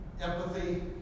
empathy